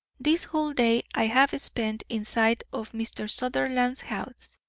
this whole day i have spent in sight of mr. sutherland's house,